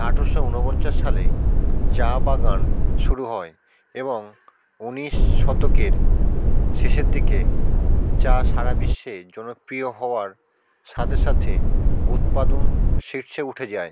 আঠেরোশো উনপঞ্চাশ সালে চা বাগান শুরু হয় এবং উনিশ শতকের শেষের দিকে চা সারা বিশ্বে জনপ্রিয় হওয়ার সাথে সাথে উৎপাদন শীর্ষে উঠে যায়